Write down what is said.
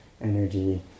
energy